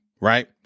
Right